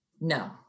No